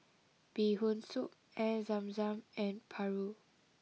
Bee Hoon Soup Air Zam Zam and Paru